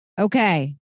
Okay